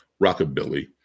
rockabilly